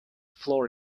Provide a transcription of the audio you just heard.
floor